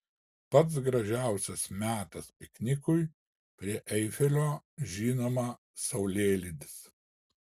pats gražiausias metas piknikui prie eifelio žinoma saulėlydis